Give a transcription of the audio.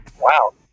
Wow